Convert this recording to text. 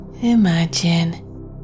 Imagine